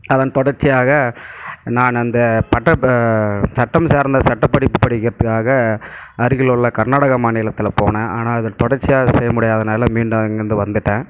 அதன் தொடர்ச்சியாக நான் இந்த பட்டம் சட்டம் சார்ந்த சட்ட படிப்பு படிக்கிறதுக்காக அருகிலுள்ள கர்நாடகா மாநிலத்தில் போனேன் ஆனால் அதன் தொடர்ச்சியாக செய்ய முடியலை அதனால் மீண்டும் அங்கிருந்து வந்துட்டேன்